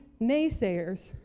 naysayers